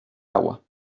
agua